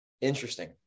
interesting